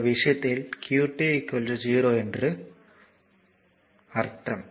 இந்த விஷயத்தில் qt 0 என்று ஆனது